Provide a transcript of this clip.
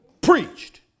preached